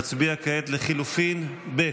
נצביע על לחלופין ב'.